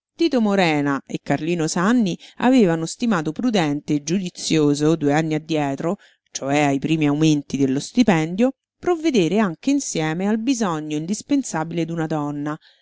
morena e carlino sanni avevano stimato prudente e giudizioso due anni addietro cioè ai primi aumenti dello stipendio provvedere anche insieme al bisogno indispensabile d'una donna